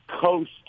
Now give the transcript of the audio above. coast